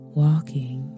walking